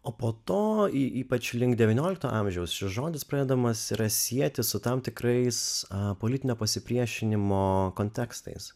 o po to ypač link devyniolikto amžiaus šis žodis pradedamas yra sieti su tam tikrais politinio pasipriešinimo kontekstais